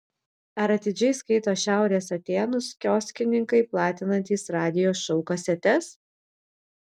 ar atidžiai skaito šiaurės atėnus kioskininkai platinantys radijo šou kasetes